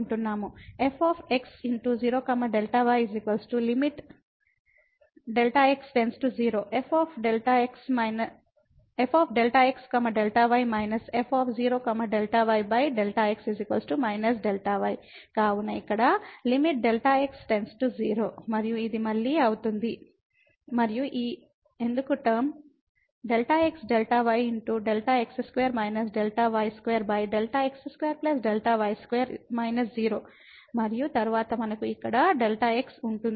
fx0 Δy Δx 0 f Δx Δy − f 0 Δy Δx −Δy కాబట్టి ఇక్కడ Δx 0 మరియు ఇది మళ్ళీ అవుతుంది మరియు ఈ ఎందుకు టర్మΔxΔyΔ x2 − Δ y2 Δ x2 Δ y2− 0 మరియు తరువాత మనకు ఇక్కడ Δx ఉంటుంది